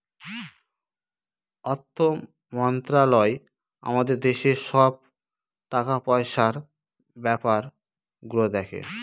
অর্থ মন্ত্রালয় আমাদের দেশের সব টাকা পয়সার ব্যাপার গুলো দেখে